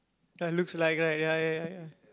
that looks like right ya ya ya ya